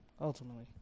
ultimately